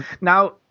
Now